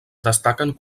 destaquen